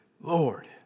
Lord